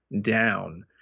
down